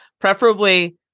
preferably